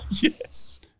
Yes